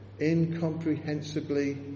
incomprehensibly